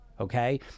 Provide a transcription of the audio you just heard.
okay